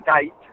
date